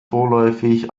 vorläufig